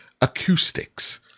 acoustics